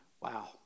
wow